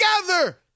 together